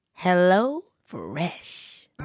HelloFresh